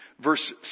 Verse